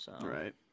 Right